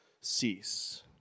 cease